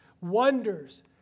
Wonders